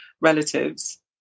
relatives